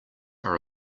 are